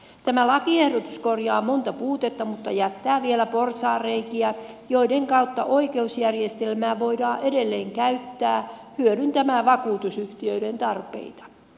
tämä lakiehdotus korjaa monta puutetta mutta jättää vielä porsaanreikiä joiden kautta oikeusjärjestelmää voidaan edelleen käyttää hyödyntämään vakuutusyhtiöiden tarpeita